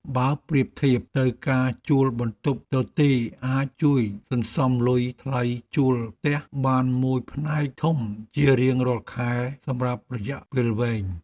បើប្រៀបធៀបទៅការជួលបន្ទប់ទទេរអាចជួយសន្សំលុយថ្លៃជួលផ្ទះបានមួយផ្នែកធំជារៀងរាល់ខែសម្រាប់រយៈពេលវែង។